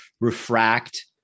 refract